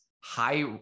high